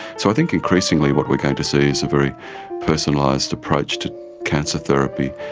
so i think increasingly what we're going to see is a very personalised approach to cancer therapy,